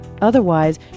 Otherwise